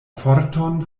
forton